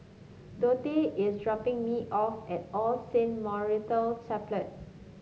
Dontae is dropping me off at All Saints Memorial Chapel